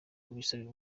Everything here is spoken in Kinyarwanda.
kubisabira